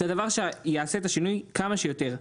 זה הדבר שיעשה את השינוי כמה שיותר.